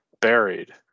buried